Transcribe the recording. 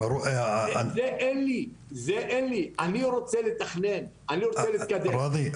את זה אין לי, אני רוצה לתכנן ואני